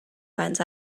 finds